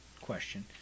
question